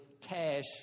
cash